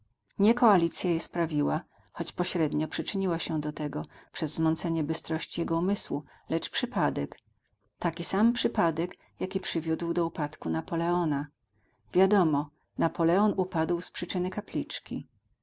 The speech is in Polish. nie koalicja je sprawiła choć pośrednio przyczyniła się do tego przez zmącenie bystrości jego umysłu lecz przypadek taki sam przypadek jaki przywiódł do upadku napoleona wiadomo napoleon upadł z przyczyny kapliczki